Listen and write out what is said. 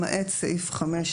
למעט סעיף 5,